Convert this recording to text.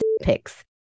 pics